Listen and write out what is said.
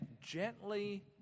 gently